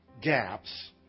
gaps